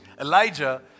Elijah